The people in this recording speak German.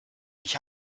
ich